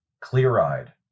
clear-eyed